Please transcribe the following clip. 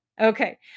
Okay